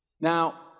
Now